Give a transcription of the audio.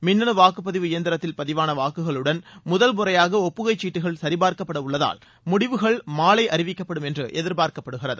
மின்னனு வாக்குப்பதிவு இயந்திரத்தில் பதிவான வாக்குகளுடன் முதல் முறையாக ஒப்புகைச்சீட்டுகள் சரிபார்க்கப்படவுள்ளதால் முடிவுகள் மாலை அறிவிக்கப்படும் என்று எதிர்பார்க்கப்படுகிறது